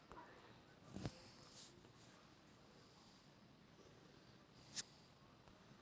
वाणिज्यिक बैंक कर्जा देने से पहले सिविल स्कोर भी जांचो हइ